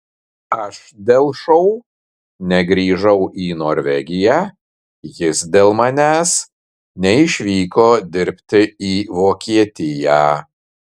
aš dėl šou negrįžau į norvegiją jis dėl manęs neišvyko dirbti į vokietiją